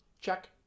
Check